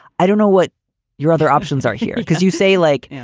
i don't know what your other options are here because you say, like,